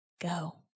go